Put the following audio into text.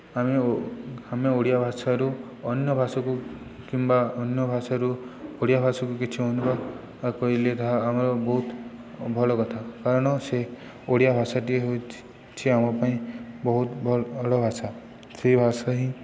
ଆମେ ଆମେ ଓଡ଼ିଆ ଭାଷାରୁ ଅନ୍ୟ ଭାଷାକୁ କିମ୍ବା ଅନ୍ୟ ଭାଷାରୁ ଓଡ଼ିଆ ଭାଷାକୁ କିଛି ଅନୁବାଦ କଲେ ତାହା ଆମର ବହୁତ ଭଲ କଥା କାରଣ ସେ ଓଡ଼ିଆ ଭାଷାଟିଏ ହେଉଛି ଆମ ପାଇଁ ବହୁତ ଭଲ ଭାଷା ସେହି ଭାଷା ହିଁ